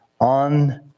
on